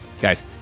Guys